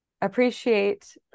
appreciate